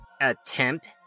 Attempt